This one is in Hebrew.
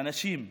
אנשים מבוגרים,